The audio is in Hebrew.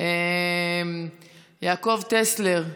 יעקב טסלר,